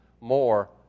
more